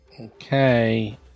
Okay